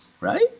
right